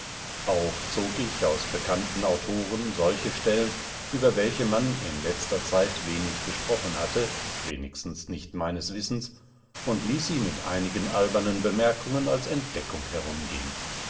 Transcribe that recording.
auch zog ich aus bekannten autoren solche stellen über welche man in letzter zeit wenig gesprochen hatte wenigstens nicht meines wissens und ließ sie mit einigen albernen bemerkungen als entdeckung herumgehen